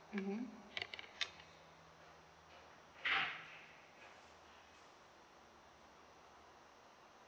mmhmm